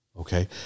Okay